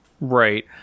Right